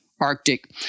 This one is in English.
Arctic